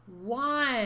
One